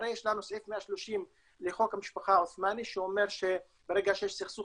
יש לנו סעיף 130 לחוק המשפחה העות'מאני שאומר שברגע שיש סכסוך